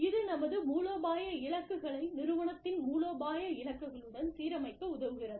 இது நமது மூலோபாய இலக்குகளை நிறுவனத்தின் மூலோபாய இலக்குகளுடன் சீரமைக்க உதவுகிறது